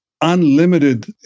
unlimited